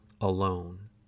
alone